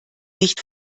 nicht